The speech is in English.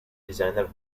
designer